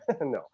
no